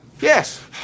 yes